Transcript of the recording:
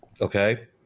okay